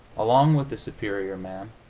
along with the superior man,